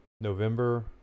November